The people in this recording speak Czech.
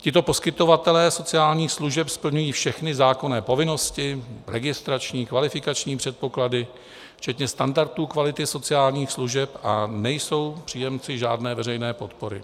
Tito poskytovatelé sociálních služeb splňují všechny zákonné povinnosti, registrační, kvalifikační předpoklady včetně standardů kvality sociálních služeb a nejsou příjemci žádné veřejné podpory.